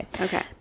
Okay